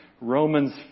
Romans